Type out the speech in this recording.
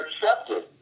accepted